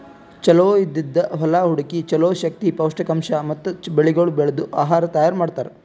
ಚಲೋ ಇದ್ದಿದ್ ಹೊಲಾ ಹುಡುಕಿ ಚಲೋ ಶಕ್ತಿ, ಪೌಷ್ಠಿಕಾಂಶ ಮತ್ತ ಬೆಳಿಗೊಳ್ ಬೆಳ್ದು ಆಹಾರ ತೈಯಾರ್ ಮಾಡ್ತಾರ್